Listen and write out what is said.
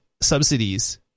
subsidies